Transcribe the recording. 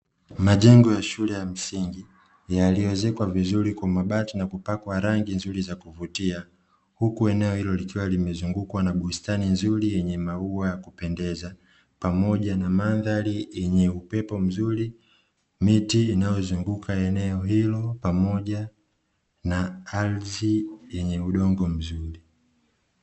Majengo ya shule ya msingi yaliyoezekwa vizuri kwa mabati na kupakwa rangi nzuri za kuvutia, huku eneo hilo likiwa limezungukwa na bustani nzuri yenye maua ya kupendeza. Pamoja na mandhari yenye upepo mzuri, miti inayozunguka eneo hilo pamoja na ardhi yenye udongo mzuri.